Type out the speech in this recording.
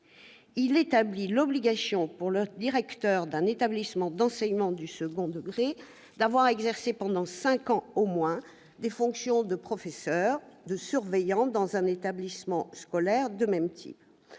est établie, pour le directeur d'un établissement d'enseignement du second degré privé, d'avoir exercé pendant cinq ans, au moins, les fonctions de professeur ou de surveillant dans un établissement scolaire de même type.